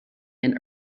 and